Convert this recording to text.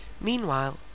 Meanwhile